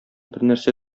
бернәрсә